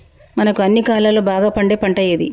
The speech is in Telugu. మనకు అన్ని కాలాల్లో బాగా పండే పంట ఏది?